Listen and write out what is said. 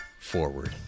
forward